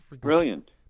Brilliant